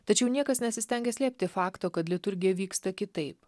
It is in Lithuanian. tačiau niekas nesistengia slėpti fakto kad liturgija vyksta kitaip